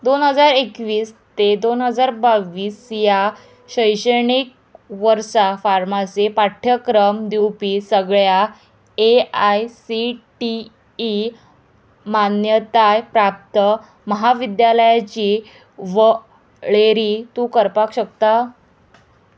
दोन हजार एकवीस ते दोन हजार बावीस ह्या शैक्षणीक वर्सा फार्मासी पाठ्यक्रम दिवपी सगळ्या A I C T E मान्यताय प्राप्त म्हाविद्यालयांची वळेरी तूं करपाक शकता